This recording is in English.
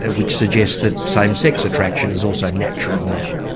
and which suggests that same-sex attraction is also natural now?